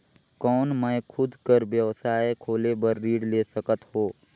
कौन मैं खुद कर व्यवसाय खोले बर ऋण ले सकत हो?